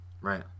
right